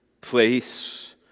place